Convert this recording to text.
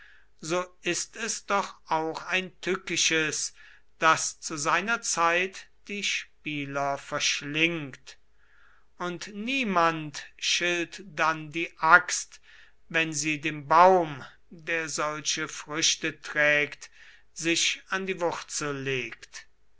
so ist es doch auch ein tückisches das zu seiner zeit die spieler verschlingt und niemand schilt dann die axt wenn sie dem baum der solche früchte trägt sich an die wurzel legt